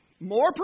More